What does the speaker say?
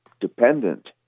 dependent